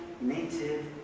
native